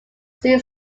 see